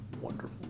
wonderful